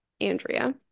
Andrea